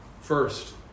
first